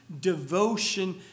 devotion